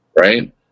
right